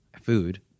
food